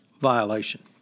violation